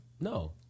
No